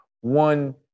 One